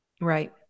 right